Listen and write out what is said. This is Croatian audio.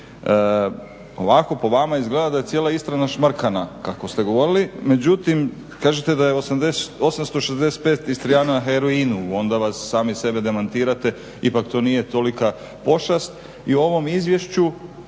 ovako po vama izgleda da je cijela Istra našmrkana kako ste govorili. Međutim, kažete da je 865 Istrijana na heroinu, onda sami sebe demantirate, ipak to nije pošast i ovom izvješću